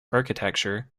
architecture